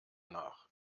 nach